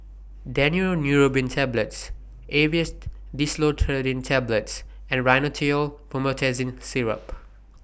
Daneuron Neurobion Tablets Aerius DesloratadineTablets and Rhinathiol Promethazine Syrup